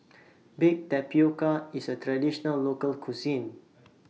Baked Tapioca IS A Traditional Local Cuisine